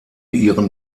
ihren